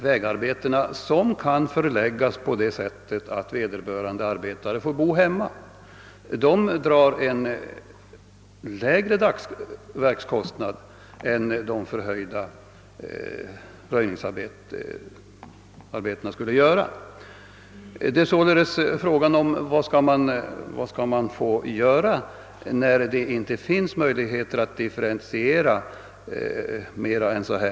Vägarbetena däremot kan förläggas på det sättet att vederbörande arbetare får bo hemma, och de drar i regel inte högre dagsverkskostnad än vad fördyrade röjningsarbeten skulle göra. Frågan är således, vad man skall få göra när det inte finns möjligheter att differentiera mer än så här.